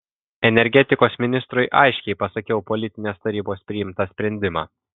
energetikos ministrui aiškiai pasakiau politinės tarybos priimtą sprendimą